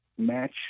match